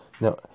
Now